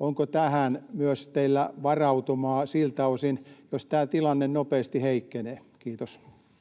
Onko tähän myös teillä varautumaa siltä osin, jos tämä tilanne nopeasti heikkenee? — Kiitos.